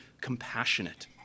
compassionate